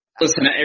listen